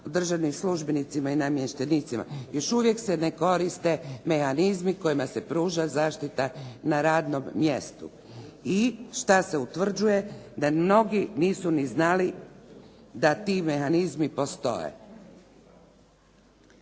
državnim službenicima i namještenicima, još uvijek se ne koriste mehanizmi kojima se pruža zaštita na radnom mjestu. I što se utvrđuje? Da mnogi nisu ni znali da ti mehanizmi postoje.